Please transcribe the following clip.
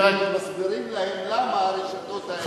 ומסבירים להם למה הרשתות האלה,